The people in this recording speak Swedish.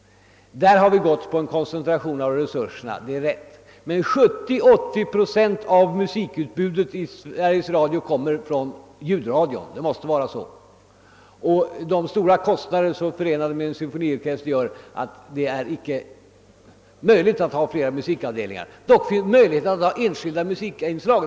Där har vi gått på en koncentration av resurserna, det är riktigt, men 70—80 procent av musikutbudet i Sveriges Radio kommer från ljudradion. Det måste vara så. De stora kostnader som är förenade med en symfoniorkester gör det omöjligt att ha flera musikavdelningar. Naturligtvis är det dock möjligt att ha enskilda musikinslag.